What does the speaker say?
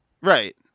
Right